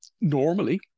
normally